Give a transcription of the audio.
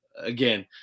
again